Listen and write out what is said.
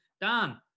Dan